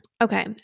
Okay